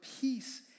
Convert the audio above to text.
peace